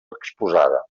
exposada